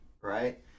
right